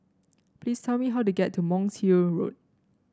please tell me how to get to Monk's Hill Road